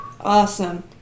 Awesome